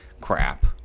crap